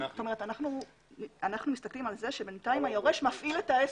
כי אנחנו מסתכלים על כך שבינתיים היורש מפעיל את העסק.